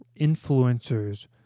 influencers